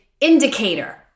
indicator